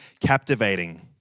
captivating